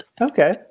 Okay